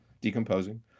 decomposing